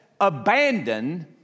abandon